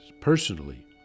personally